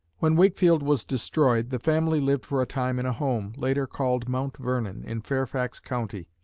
when wakefield was destroyed, the family lived for a time in a home, later called mount vernon, in fairfax county.